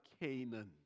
Canaan